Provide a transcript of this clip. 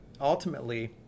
ultimately